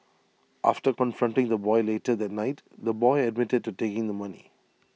after confronting the boy later that night the boy admitted to taking the money